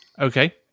okay